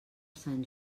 sant